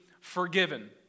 forgiven